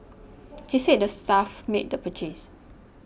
he said the staff made the purchase